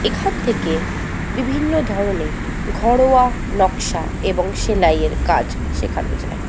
এখান থেকে বিভিন্ন ধরনের ঘরোয়া নকশা এবং সেলাইয়ের কাজ শেখানো যায়